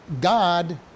God